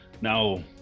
Now